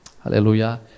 Hallelujah